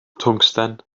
twngsten